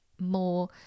more